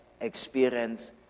experience